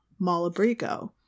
Malabrigo